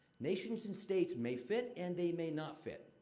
nations and states may fit and they may not fit.